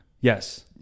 yes